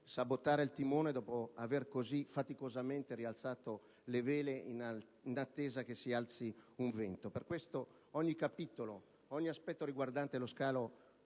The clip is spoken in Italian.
sabotare il timone dopo aver così faticosamente rialzato le vele, in attesa che soffi il vento. Per questo ogni capitolo, ogni aspetto riguardante lo scalo